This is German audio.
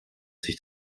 sich